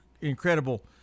incredible